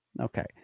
Okay